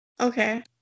Okay